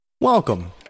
Welcome